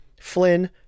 flynn